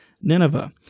Nineveh